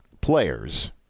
players